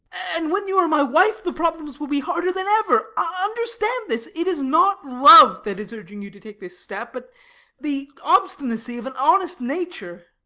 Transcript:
and when you are my wife the problems will be harder than ever. understand this it is not love that is urging you to take this step, but the obstinacy of an honest nature.